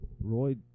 Roy